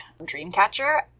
Dreamcatcher